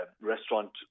restaurant